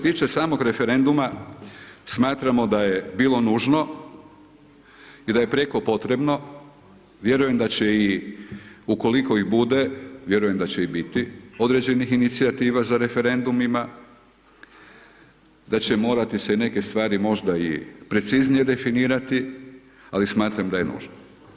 tiče samog referenduma smatramo da je bilo nužno i da je prijeko potrebno, vjerujem da će i ukoliko ih bude, vjerujem da će ih biti, određenih inicijativa za referendumima, da će morati se neke stvari možda i preciznije definirati ali smatram da je nužno.